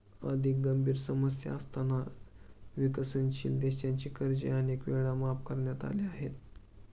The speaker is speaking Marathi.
अधिक गंभीर समस्या असताना विकसनशील देशांची कर्जे अनेक वेळा माफ करण्यात आली आहेत